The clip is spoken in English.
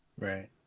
Right